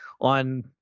on